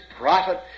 prophet